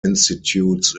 institutes